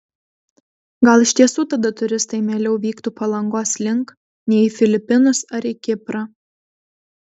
gal iš tiesų tada turistai mieliau vyktų palangos link nei į filipinus ar į kiprą